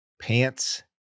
pants